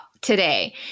today